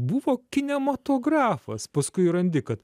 buvo kinematografas paskui randi kad